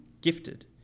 gifted